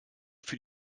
für